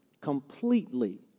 completely